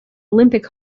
olympic